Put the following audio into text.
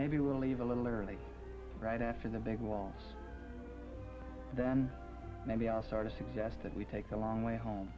maybe we'll leave a little early right after the big well then maybe i'll start a suggested we take a long way home